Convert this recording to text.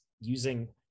using